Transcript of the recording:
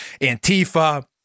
Antifa